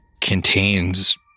contains